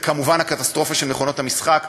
וכמובן הקטסטרופה של מכונות המשחק,